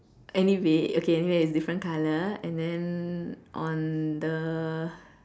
anyway okay anyway it's different colour and then on the